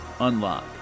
unlock